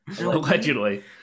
Allegedly